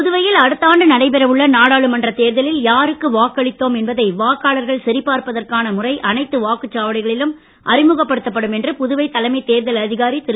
புதுவையில் அடுத்தாண்டு நடைபெறவுள்ள நாடாளுமன்ற தேர்தலில் யாருக்கு வாக்களித்தோம் என்பதை வாக்காளர்கள் சரிபார்ப்பதற்கான முறை அனைத்து வாக்குச் சாவடிகளிலும் அறிமுகப்படுத்தப்படும் என்று புதுவை தலைமை தேர்தல் அதிகாரி திரு